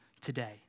today